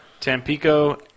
Tampico